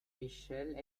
michelle